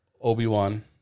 Obi-Wan